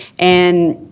and,